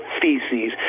feces